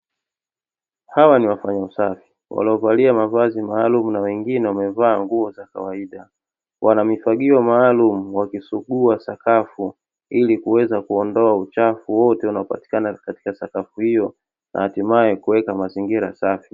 Hawa ni wafanya usafi waliovalia mavazi maalumu na wengine wamevaa nguo za kawaida wana mifagio maalumu wakisugua sakafu